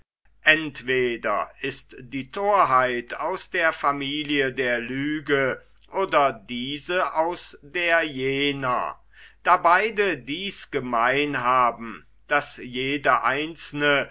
entweder ist die thorheit aus der familie der lüge oder diese aus der jener da beide dies gemein haben daß jede einzelne